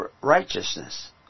righteousness